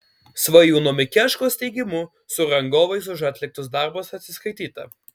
svajūno mikeškos teigimu su rangovais už atliktus darbus atsiskaityta